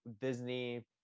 Disney